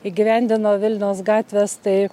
įgyvendino vilniaus gatvės tai